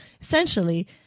Essentially